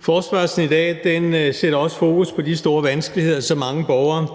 Forespørgslen i dag sætter også fokus på de store vanskeligheder, som mange borgere